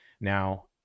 Now